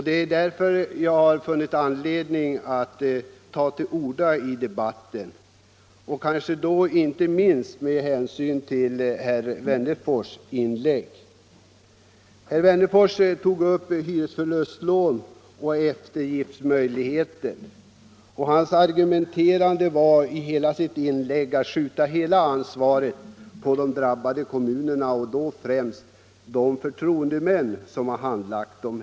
Det är därför jag har funnit anledning att ta till orda i debatten, och då inte minst på grund av herr Wennerfors inlägg. Herr Wennerfors tog upp frågan om hyresförlustlån och eftergiftsmöjligheter, och argumenteringen i hela hans inlägg gick ut på att lägga allt ansvar på de drabbade kommunerna och främst på de förtroendemän som handlagt frågorna.